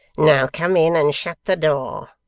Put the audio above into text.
now, come in and shut the door.